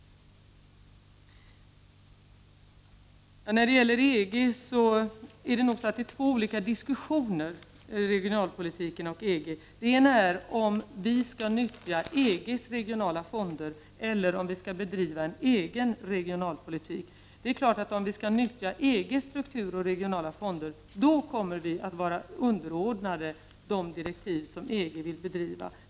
När det gäller EG kan man nog tala om två olika diskussioner i fråga om regionalpolitiken och EG. En av diskussionerna behandlar frågan om ifall vi skall nyttja EG:s regionala fonder, eller om vi skall bedriva en egen regionalpolitik. Och det är klart att om vi skall nyttja EG:s struktur och regionala fonder, då kommer vi att vara underordnade de direktiv som EG vill sätta upp.